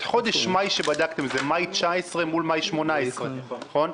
חודש מאי שבדקתם, זה מאי 2019 מול מאי 2018, נכון?